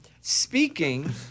Speaking